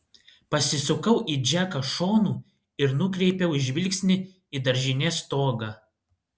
pasisukau į džeką šonu ir nukreipiau žvilgsnį į daržinės stogą